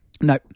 No